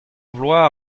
vloaz